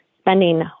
spending